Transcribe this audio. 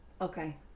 Okay